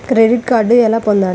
Credit card ఎలా పొందాలి?